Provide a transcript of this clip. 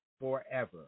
forever